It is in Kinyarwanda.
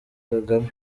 kagame